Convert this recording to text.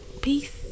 Peace